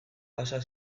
pasa